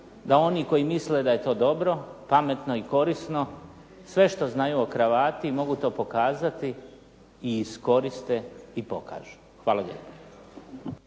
da oni koji misle da je to dobro, pametno i korisno sve što znaju o kravati mogu to pokazati i iskoriste i pokažu. Hvala lijepa.